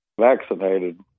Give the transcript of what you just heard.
vaccinated